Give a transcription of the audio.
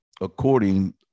according